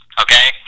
okay